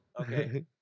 okay